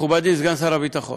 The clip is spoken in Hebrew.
מכובדי סגן שר הביטחון: